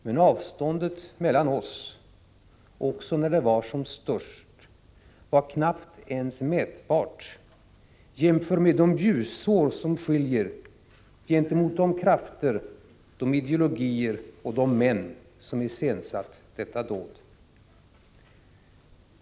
Men avståndet mellan oss också när det var som störst var knappt ens mätbart jämfört med de ljusår som skiljer gentemot de krafter, de ideologier och de män som iscensatt detta dåd.